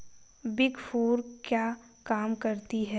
Big four क्या काम करती है?